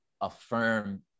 affirm